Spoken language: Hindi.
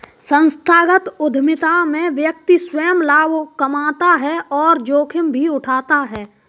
संस्थागत उधमिता में व्यक्ति स्वंय लाभ कमाता है और जोखिम भी उठाता है